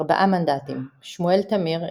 4 מנדטים שמואל תמיר,